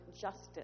justice